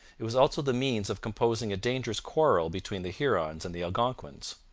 it was also the means of composing a dangerous quarrel between the hurons and the algonquins.